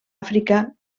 àfrica